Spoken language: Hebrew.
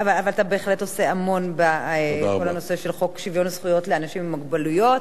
אבל אתה בהחלט עושה המון בכל נושא חוק שוויון זכויות לאנשים עם מוגבלות.